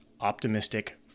optimistic